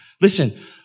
listen